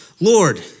Lord